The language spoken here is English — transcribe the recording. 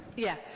yeah,